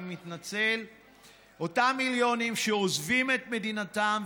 אותם מיליונים שעוזבים את מדינתם,